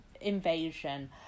invasion